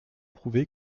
prouver